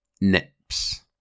Nips